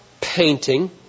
painting